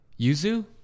yuzu